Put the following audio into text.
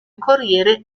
corriere